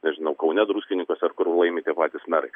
nežinau kaune druskininkuose ar kur laimi tie patys merai